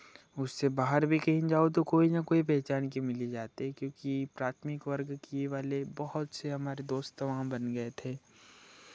उससे बाहर भी कहीं जाओ तो कोई ना कोई पहचान के मिल ही जाते हैं क्योंकि प्राथमिक वर्ग के वाले बहुत से हमारे दोस्त वहाँ बन गए थे